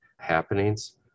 happenings